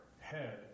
head